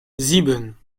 sieben